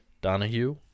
Donahue